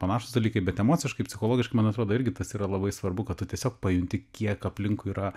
panašūs dalykai bet emociškai psichologiškai man atrodo irgi tas yra labai svarbu kad tu tiesiog pajunti kiek aplinkui yra